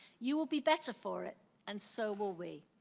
you will be better for it and so will we.